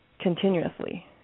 continuously